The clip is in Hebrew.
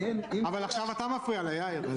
--- אבל עכשיו אתה מפריע לה, יאיר.